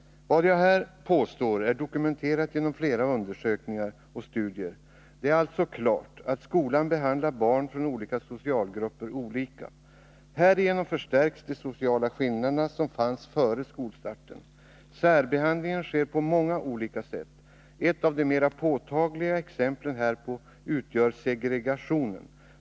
Vad jag här påstår är dokumenterat genom flera undersökningar och studier. Det är alltså klart att skolan behandlar barn från olika socialgrupper olika. Härigenom förstärks de sociala skillnader som fanns före skolstarten. Särbehandlingen sker på många olika sätt. Ett av de mera påtagliga exemplen härpå utgör segregationen.